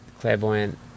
clairvoyant